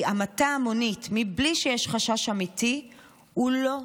כי המתה המונית מבלי שיש חשש אמיתי היא לא סבירה.